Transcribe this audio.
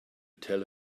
tell